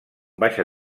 baixa